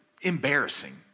embarrassing